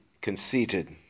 conceited